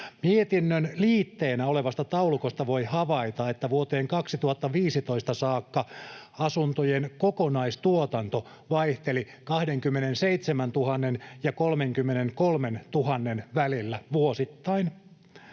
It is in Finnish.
Mietinnön liitteenä olevasta taulukosta voi havaita, että vuoteen 2015 saakka asuntojen kokonaistuotanto vaihteli 27 000:n ja 33 000:n välillä vuosittain.